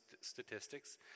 statistics